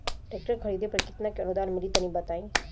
Tractor खरीदे पर कितना के अनुदान मिली तनि बताई?